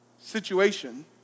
situation